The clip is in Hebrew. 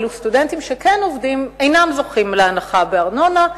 ואילו סטודנטים שכן עובדים אינם זוכים להנחה בארנונה.